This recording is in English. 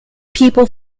people